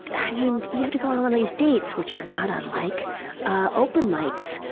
and you have to go on all and these dates, which are not unlike ah open mics,